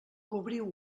cobriu